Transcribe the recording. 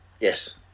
Yes